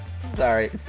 Sorry